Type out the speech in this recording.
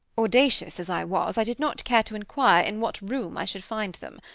audacious as i was, i did not care to inquire in what room i should find them.